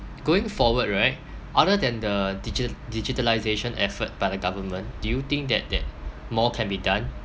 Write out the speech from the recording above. going forward right other than the digita~ digitalisation effort by the government do you think that that more can be done